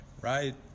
right